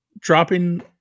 dropping